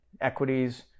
equities